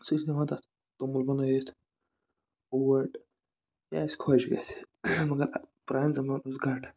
أسۍ ٲسۍ دِوان تَتھ توٚمُل بَنٲوِتھ اوٹ یا یہِ اَسہِ خۄش گژھِ مَگر پرانہِ زَمانہٕ اوس گراٹہٕ